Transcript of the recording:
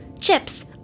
Chips